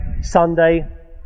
Sunday